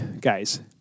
guys